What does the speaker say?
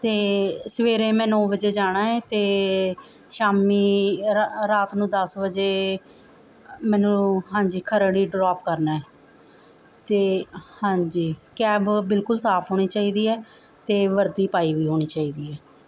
ਅਤੇ ਸਵੇਰੇ ਮੈ ਨੌਂ ਵਜੇ ਜਾਣਾ ਹੈ ਅਤੇ ਸ਼ਾਮੀ ਰਾ ਰਾਤ ਨੂੰ ਦਸ ਵਜੇ ਮੈਨੂੰ ਹਾਂਜੀ ਖਰੜ ਹੀ ਡਰੋਪ ਕਰਨਾ ਅਤੇ ਹਾਂਜੀ ਕੈਬ ਬਿਲਕੁਲ ਸਾਫ ਹੋਣੀ ਚਾਹੀਦੇ ਹੈ ਅਤੇ ਵਰਦੀ ਪਾਈ ਵੀ ਹੋਣੀ ਚਾਹੀਦੀ ਹੈ